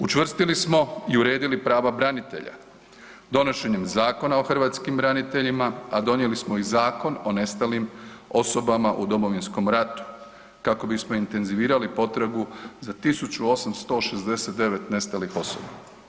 Učvrstili smo i uredili prava branitelja, donošenjem Zakona o hrvatskim braniteljima, a donijeli smo i Zakon o nestalim osobama u Domovinskom ratu kako bismo intenzivirali potragu za 1869 nestalih osoba.